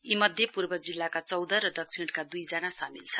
यीमध्ये पूर्व जिल्लाका चौध र दक्षिणका दुईजना सामेल छन्